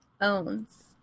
owns